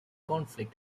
conflict